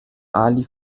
ali